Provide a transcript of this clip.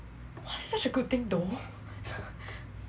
such a good thing though